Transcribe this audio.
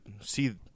see